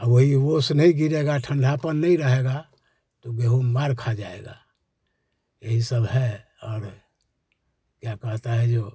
आ वही ओस नहीं गिरेगा ठंडापन नहीं रहेगा तो गेहूम मार खा जाएगा यही सब है और क्या कहता है जो